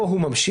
פה הוא ממשיך.